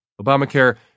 Obamacare